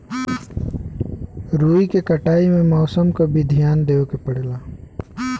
रुई के कटाई में मौसम क भी धियान देवे के पड़ेला